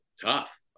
tough